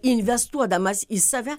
investuodamas į save